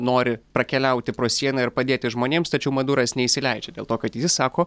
nori prakeliauti pro sieną ir padėti žmonėms tačiau maduras neįsileidžia dėl to kad jis sako